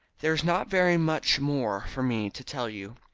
there is not very much more for me to tell you.